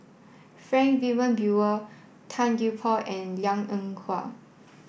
Frank Wilmin Brewer Tan Gee Paw and Liang Eng Hwa